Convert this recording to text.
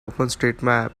openstreetmap